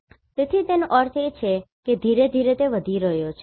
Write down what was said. તેથી તેનો અર્થ એ કે તે ધીરે ધીરે વધી રહ્યો છે